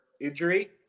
injury